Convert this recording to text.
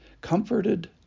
comforted